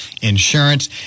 insurance